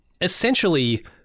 essentially